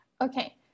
Okay